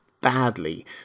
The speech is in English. badly